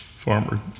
Farmer